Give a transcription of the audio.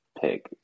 pick